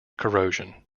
corrosion